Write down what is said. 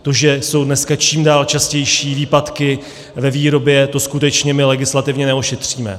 To, že jsou dneska čím dál častější výpadky ve výrobě, to skutečně my legislativně neošetříme.